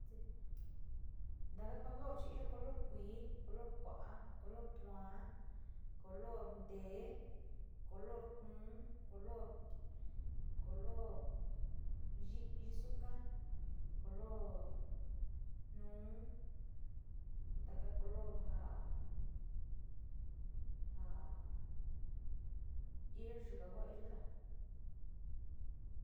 Ndaka color chí yo color kuí, color kuá color kuan, color te'e, color nuu, color color yix- yixuka, color nuu ndaka color nja nja iin yuka kua hí yuyá.